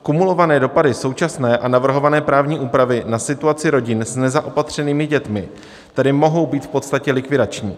Kumulované dopady současné a navrhované právní úpravy na situaci rodin s nezaopatřenými dětmi tedy mohou být v podstatě likvidační.